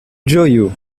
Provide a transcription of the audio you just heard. ĝoju